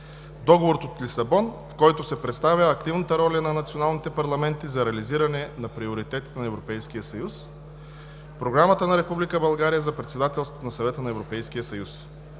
Договора от Лисабон, в който се представя активната роля на националните парламенти за реализиране на приоритетите на Европейския съюз; - Програмата на Република България за председателството на Съвета на Европейския съюз.